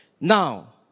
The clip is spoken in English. Now